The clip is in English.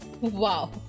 Wow